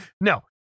No